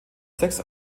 sechs